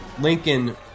Lincoln